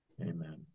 Amen